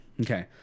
Okay